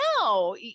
No